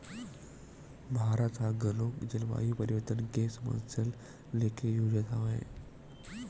भारत ह घलोक जलवायु परिवर्तन के समस्या लेके जुझत हवय